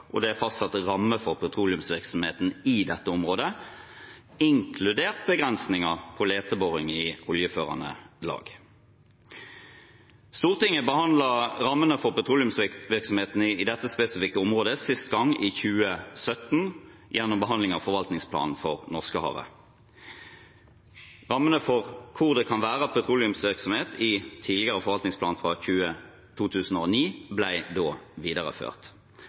og det er fastsatt rammer for petroleumsvirksomheten i dette området, inkludert begrensninger på leteboring i oljeførende lag. Stortinget behandlet rammene for petroleumsvirksomheten i dette spesifikke området sist gang i 2017, gjennom behandlingen av forvaltningsplanen for Norskehavet. Rammene for hvor det kan være petroleumsvirksomhet, i tidligere forvaltningsplan fra 2009, ble da videreført.